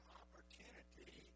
opportunity